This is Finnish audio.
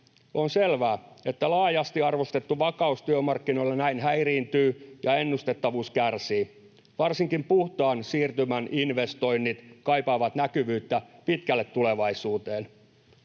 On selvää, että laajasti arvostettu vakaus työmarkkinoilla näin häiriintyy ja ennustettavuus kärsii. Varsinkin puhtaan siirtymän investoinnit kaipaavat näkyvyyttä pitkälle tulevaisuuteen.